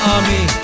Army